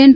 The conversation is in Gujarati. એન